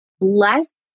less